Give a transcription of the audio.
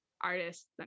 artists